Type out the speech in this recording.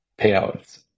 payouts